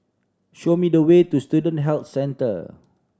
show me the way to Student Health Centre